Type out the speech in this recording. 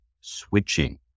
switching